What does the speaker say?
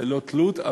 ללא תלות.